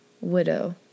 widow